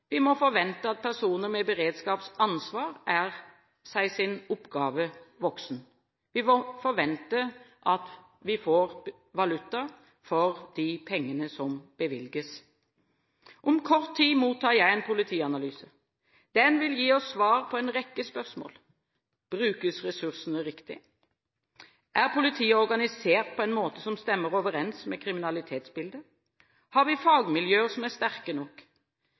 Vi må forvente at personer med beredskapsansvar er oppgaven voksen. Vi må forvente at vi får valuta for de pengene som bevilges. Om kort tid mottar jeg en politianalyse. Den vil gi oss svar på en rekke spørsmål: Brukes ressursene riktig? Er politiet organisert på en måte som stemmer overens med kriminalitetsbildet? Har vi fagmiljøer som er sterke nok?